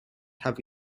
have